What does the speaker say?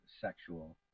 sexual